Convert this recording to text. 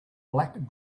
black